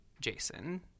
Jason